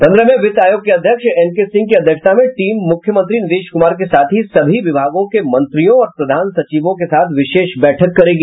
पन्द्रहवें वित्त आयोग के अध्यक्ष एनके सिंह की अध्यक्षता में टीम मुख्यमंत्री नीतीश कुमार के साथ ही सभी विभागों के मंत्रियों और प्रधान सचिवों के साथ विशेष बैठक करेगी